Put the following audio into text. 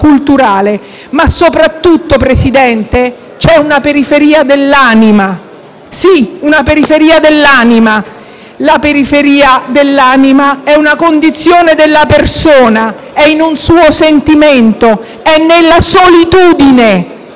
ma soprattutto, signor Presidente, c'è una periferia dell'anima. Sì, una periferia dell'anima. La periferia dell'anima è una condizione della persona, è in un suo sentimento, è nella solitudine